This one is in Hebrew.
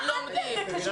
לומדים.